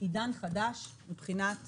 עידן חדש מבחינת